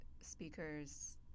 speakers